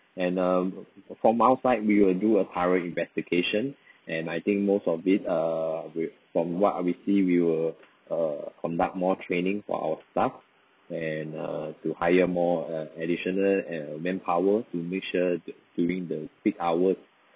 and uh from our side we will do a thorough investigation and I think most of it err we from what we see we will err conduct more training for our staff and err to hire more err additional err manpower to make sure the during the peak hours